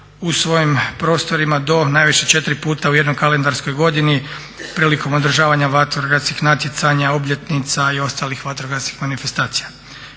u svojim prostorima do najviše 4 puta u jednoj kalendarskoj godini prilikom održavanja vatrogasnih natjecanja obljetnica i ostalih vatrogasnih manifestacija.